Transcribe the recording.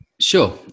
Sure